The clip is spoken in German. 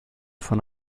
von